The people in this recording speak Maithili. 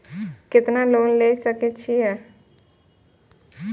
केतना लोन ले सके छीये?